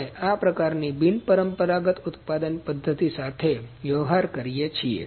આપણે આ પ્રકારની બિનપરંપરાગત ઉત્પાદન પદ્ધતિ સાથે વ્યવહાર કરીએ છીએ